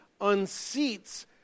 unseats